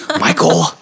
Michael